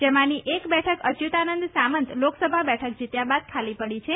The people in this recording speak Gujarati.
જેમાંની એક બેઠક અરયુતાનંદ સામંત લોકસભા બેઠક જીત્યા બાદ આ બેઠક ખાલી પડી છે